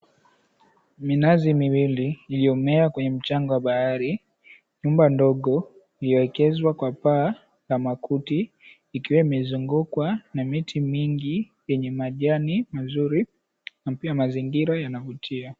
Minazi miwili, iliyomea kwenye mchanga wa bahari, nyumba ndogo iliyoekezwa kwa paa la makuti, ikiwa imezungukwa na miti mingi yenye majani nzuri, na pia mazingira yanavutia.